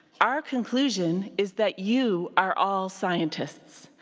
our conclusion is that you are all scientists.